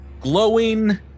glowing